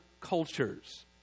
cultures